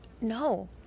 no